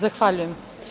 Zahvaljujem.